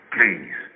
Please